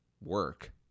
work